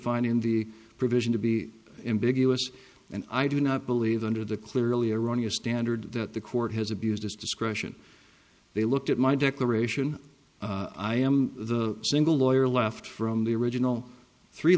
finding the provision to be in big us and i do not believe under the clearly erroneous standard that the court has abused its discretion they looked at my declaration i am the single lawyer left from the original three